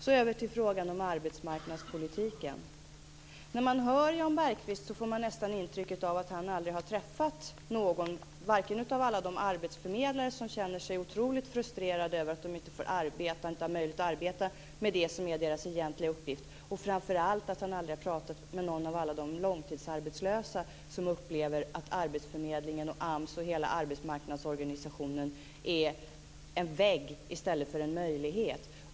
Så över till frågan om arbetsmarknadspolitiken. När man hör Jan Bergqvist får man nästan intrycket att han aldrig har träffat någon av alla de arbetsförmedlare som känner sig otroligt frustrerade över att det inte har möjlighet att arbeta med det som är deras egentliga uppgift och framför allt att han aldrig har pratat med någon av alla de långtidsarbetslösa som upplever att arbetsförmedlingen, AMS och hela arbetsmarknadsorganisationen är en vägg i stället för en möjlighet.